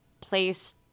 place